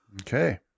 Okay